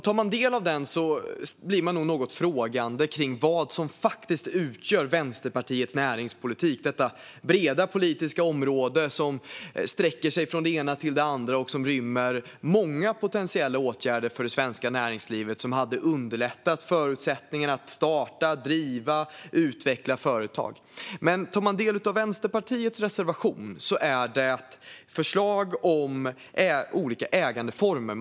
Tar man del av den blir man nog något frågande kring vad som faktiskt utgör Vänsterpartiets näringspolitik, detta breda politiska område som sträcker sig från det ena till det andra och som rymmer många potentiella åtgärder för det svenska näringslivet som hade underlättat förutsättningarna att starta, driva och utveckla företag. Vänsterpartiets reservation handlar om förslag om olika ägandeformer.